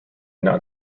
not